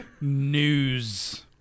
News